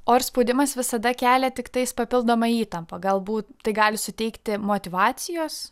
o ar spaudimas visada kelia tiktais papildomą įtampą galbūt tai gali suteikti motyvacijos